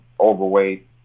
overweight